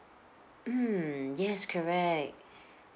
mm yes correct